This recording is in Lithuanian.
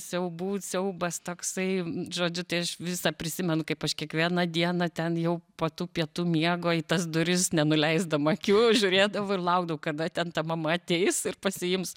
siaubų siaubas toksai žodžiu tai aš visą prisimenu kaip aš kiekvieną dieną ten jau po tų pietų miego į tas duris nenuleisdama akių žiūrėdavau ir laukdavau kada ten ta mama ateis ir pasiims